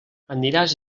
aniràs